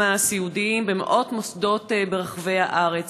הסיעודיים במאות מוסדות ברחבי הארץ.